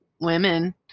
women